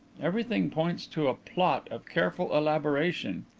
everything points to a plot of careful elaboration.